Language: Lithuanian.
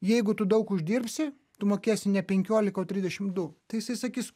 jeigu tu daug uždirbsi tu mokėsi ne penkiolika o trisdešimt du tai jisai sakys